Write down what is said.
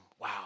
Wow